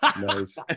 nice